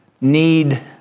need